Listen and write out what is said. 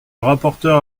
rapporteur